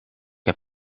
heb